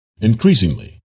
Increasingly